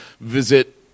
visit